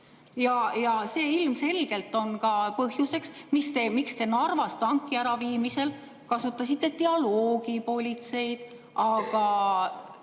Ja see ilmselgelt on ka põhjuseks, miks te Narvas tanki äraviimisel kasutasite dialoogipolitseid. Aga